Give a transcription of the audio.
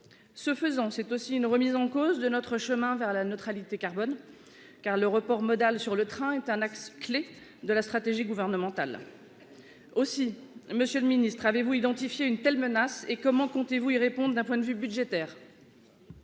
Ce faisant, il s'agit également d'une remise en cause de notre chemin vers la neutralité carbone, car le report modal sur le train est un axe clé de la stratégie gouvernementale. Aussi, monsieur le ministre, avez-vous identifié une telle menace et comment comptez-vous y répondre d'un point de vue budgétaire ?